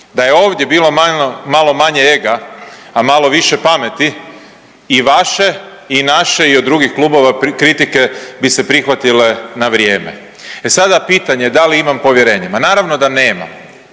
Da je ovdje bilo malo manje ega, a malo više pameti i vaše i naše i od drugih klubova kritike bi se prihvatile na vrijeme. E sada pitanje, da li imam povjerenje? Ma naravno da nemam,